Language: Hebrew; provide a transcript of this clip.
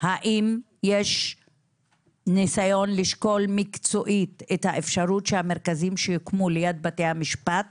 האם יש ניסיון לשקול מקצועית את האפשרות שהמרכזים שיוקמו ליד בתי המשפט